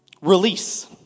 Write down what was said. release